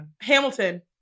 Hamilton